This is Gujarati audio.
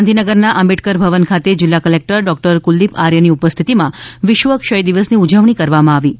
ગાંધીનગરના આંબેડકર ભવન ખાતે જીલ્લા કલેકટર ડોકટર કુલદીપ આર્યની ઉપસ્થિતિમાં વિશ્વ ક્ષય દિવસની ઉજવણી કરવામાં આવી હતી